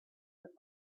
with